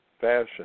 fashion